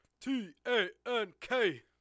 T-A-N-K